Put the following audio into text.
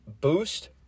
Boost